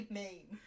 name